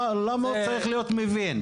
למה הוא צריך להיות מבין?